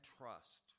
trust